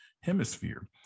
hemisphere